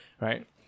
right